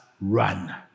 run